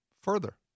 further